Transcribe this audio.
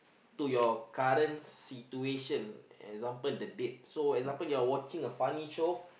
to your current situation example the date so example you are watching a funny show